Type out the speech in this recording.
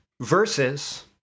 Versus